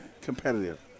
competitive